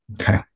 okay